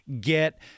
get